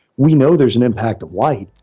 we know there's an impact of why,